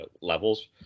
levels